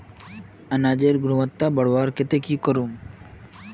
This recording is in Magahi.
अनाजेर गुणवत्ता बढ़वार केते की करूम?